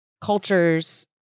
cultures